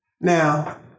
Now